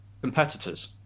competitors